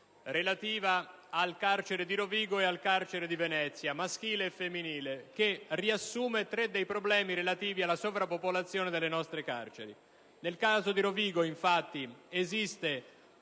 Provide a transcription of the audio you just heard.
relative al carcere di Rovigo e a quello di Venezia, carcere maschile e femminile, le quali riassumono tre dei problemi relativi alla sovrappopolazione dei nostri istituti. Nel caso di Rovigo, infatti, esiste